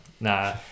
Nah